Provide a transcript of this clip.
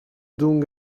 doing